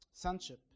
Sonship